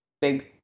big